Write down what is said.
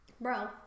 Bro